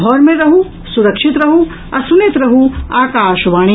घर मे रहू सुरक्षित रहू आ सुनैत रहू आकाशवाणी